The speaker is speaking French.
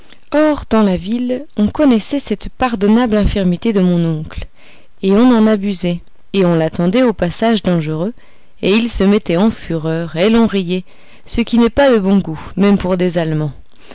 or dans la ville on connaissait cette pardonnable infirmité de mon oncle et on en abusait et on l'attendait aux passages dangereux et il se mettait en fureur et l'on riait ce qui n'est pas de bon goût même pour des allemands